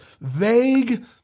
vague